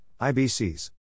IBCs